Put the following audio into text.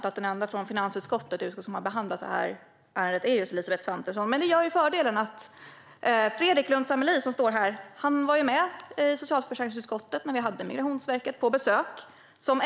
Den enda från finansutskottet som har varit med och behandlat det här ärendet är Elisabeth Svantesson. Fredrik Lundh Sammeli var med i socialförsäkringsutskottet när vi hade Migrationsverket på besök.